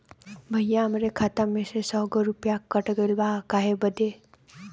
भईया हमरे खाता में से सौ गो रूपया कट गईल बा काहे बदे?